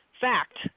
Fact